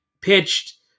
pitched